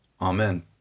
Amen